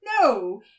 No